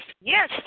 yes